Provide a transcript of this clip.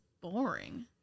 boring